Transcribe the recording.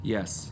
Yes